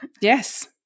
Yes